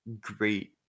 great